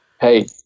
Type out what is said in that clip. Hey